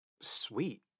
sweet